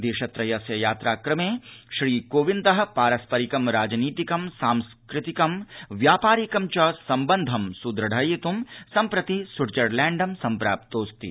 देशत्रयस्य यात्राक्रमे श्रीकोविन्दः पारस्परिक राजनीतिक सांस्कृतिक व्यापारिक च सम्बन्धं सुद्रढयित् सम्प्रति स्विटजरलैण्ड सम्प्राप्तोऽस्ति